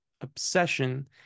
obsession